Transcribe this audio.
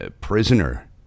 prisoner